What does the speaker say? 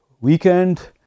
weekend